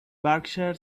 berkshire